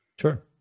Sure